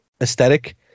aesthetic